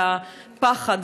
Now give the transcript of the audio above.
והפחד,